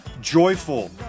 joyful